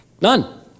None